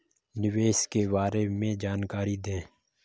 निवेश के बारे में जानकारी दें?